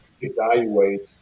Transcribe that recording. evaluate